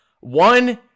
one